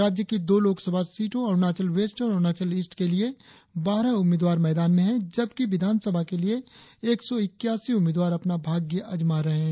राज्य की दो लोकसभा सीटों अरुणाचल वेस्ट और अरुणाचल ईस्ट के लिए बारह उम्मीदवार मैदान में है जबकि विधानसभा के लिए एक सौ इक्यासी उम्मीदवार अपना भाग्य अजमा रहे हैं